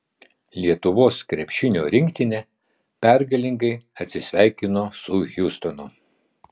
lietuvos krepšinio rinktinė pergalingai atsisveikino su hjustonu